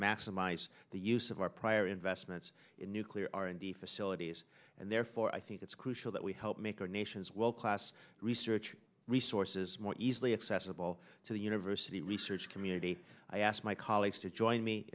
maximize the use of our prior investments in nuclear r and d facilities and therefore i think it's crucial that we help make our nation's well class research resources more easily accessible to the university research community i ask my colleagues to join me